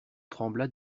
trembla